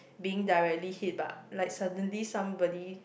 being directly hit but like suddenly somebody